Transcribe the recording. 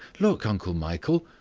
look, uncle michael!